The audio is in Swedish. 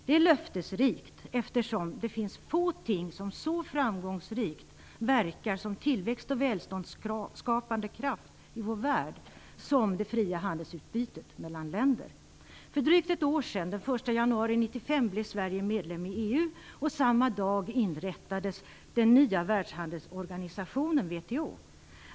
Det är löftesrikt eftersom det finns få ting som så framgångsrikt verkar som tillväxt och välståndsskapande kraft i vår värld som det fria handelsutbytet mellan länder. För drygt ett år sedan, den 1 januari 1995. blev Sverige medlem i EU. Och samma dag inrättades den nya världshandelsorganisationen, WTO.